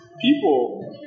people